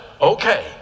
okay